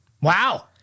Wow